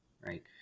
right